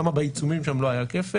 למה בעיצומים שם לא היה כפל?